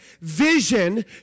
vision